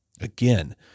again